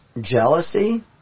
Jealousy